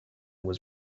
was